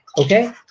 okay